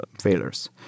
failures